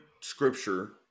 scripture